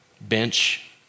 bench